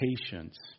patience